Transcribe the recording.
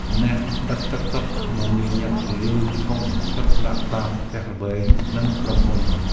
អ្នកដឹកទឹកសុទ្ធមមាញឹកលើកធុងទឹកដាក់តាមផ្ទះល្វែង និងក្រុមហ៊ុន។